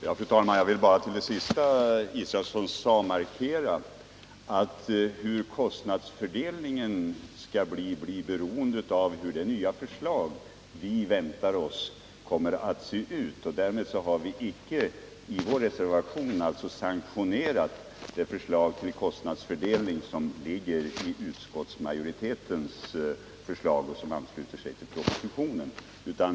Fru talman! Med anledning av det sista Per Israelsson sade vill jag bara Onsdagen den markera att frågan om kostnadsfördelningen får bli beroende av hur det nya = 21 maj 1980 förslag som vi väntar på kommer att se ut. Därmed har vi icke genom vår reservation sanktionerat det förslag till kostnadsfördelning som utskottsmajoriteten förordar och som ansluter sig till propositionen.